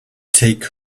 take